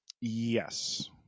yes